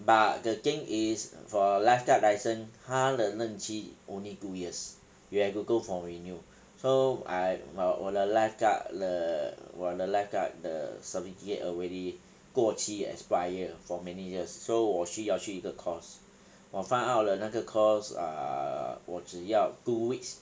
but the thing is for lifeguard license 它的任期 only two years you have to go for renew so I 我我的 lifeguard 的我的 lifeguard 的 certificate already 过期 expire for many years so 我需要去一个 course 我 find out 了那个 course err 我只要 two weeks